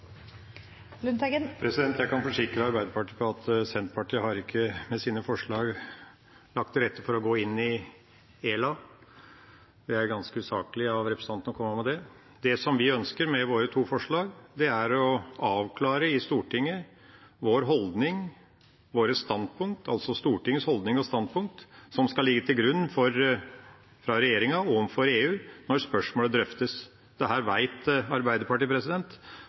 Lundteigen har hatt ordet to ganger tidligere og får ordet til en kort merknad, begrenset til 1 minutt. Jeg kan forsikre Arbeiderpartiet om at Senterpartiet med sine forslag ikke har lagt til rette for å gå inn i ELA. Det er ganske usaklig av representanten å komme med det. Det som vi ønsker med våre to forslag, er å avklare i Stortinget vår holdning, våre standpunkter – altså Stortingets holdning og standpunkter – som skal ligge til grunn fra regjeringa overfor EU når spørsmålet